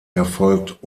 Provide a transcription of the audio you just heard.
erfolgt